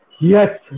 Yes